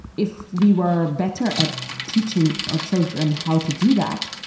if we were better at teaching our children how to do that,